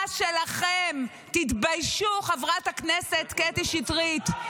חובה שלכם, תתביישו, חברת הכנסת קטי שטרית.